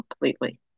completely